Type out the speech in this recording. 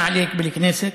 הכנסת.